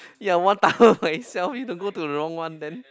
ya one tower by itself you don't go to the wrong one then